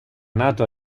nato